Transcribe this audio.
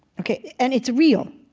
ok. and it's real.